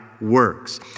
works